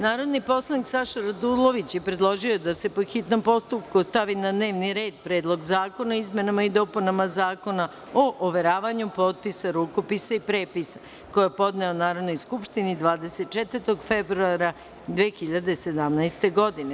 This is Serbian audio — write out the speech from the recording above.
Narodni poslanik Saša Radulović predložio je da se po hitnom postupku stavi na dnevni red Predlog zakona o izmenama i dopunama Zakona o overavanju potpisa, rukopisa i prepisa, koji je podneo Narodnoj skupštini 24. februara 2017. godine.